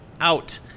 out